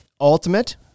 Ultimate